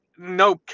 no